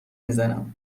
میزنم